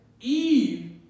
Eve